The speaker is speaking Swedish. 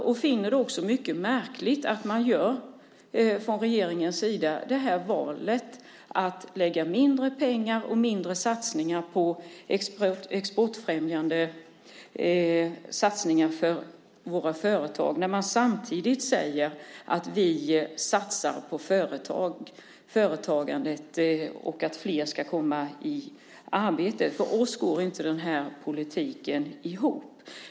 Vi finner det också mycket märkligt att man från regeringens sida gör det här valet att lägga mindre pengar och mindre satsningar på exportfrämjande åtgärder för våra företag, när man samtidigt säger att man satsar på företagandet och att flera ska komma i arbete. För oss går inte den här politiken ihop.